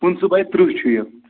پٕنٛژٕہ باے ترٕٛہ چھُ یہِ